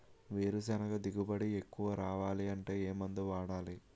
వేరుసెనగ దిగుబడి ఎక్కువ రావాలి అంటే ఏ మందు వాడాలి?